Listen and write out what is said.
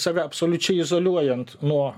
save absoliučiai izoliuojant nuo